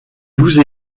douze